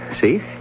See